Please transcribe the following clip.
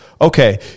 okay